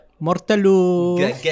Mortal